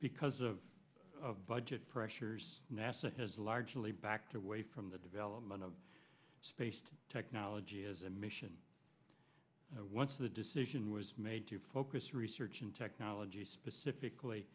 because of budget pressures nasa has largely backed away from the development of space to technology as a mission once the decision was made to focus research and technology specifically